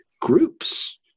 groups